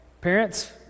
Parents